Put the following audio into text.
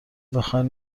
بخواین